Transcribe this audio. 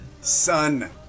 son